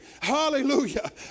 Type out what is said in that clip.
hallelujah